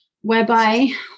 Whereby